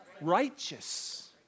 Righteous